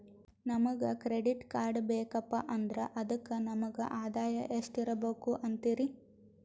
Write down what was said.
ನಮಗ credit card ಬೇಕಪ್ಪ ಅಂದ್ರ ಅದಕ್ಕ ನಮಗ ಆದಾಯ ಎಷ್ಟಿರಬಕು ಅಂತೀರಿ?